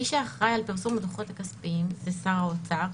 מי שאחראי על פרסום הדוחות הכספיים זה שר האוצר.